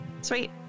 Sweet